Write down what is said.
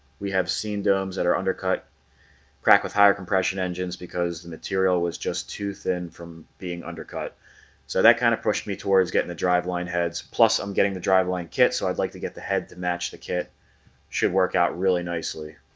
we have seen domes that are undercut crack with higher compression engines because the material was just too thin from being undercut so that kind of pushed me towards getting the driveline heads. plus i'm getting the driveline kit so i'd like to get the head to match the kit should work out really nicely.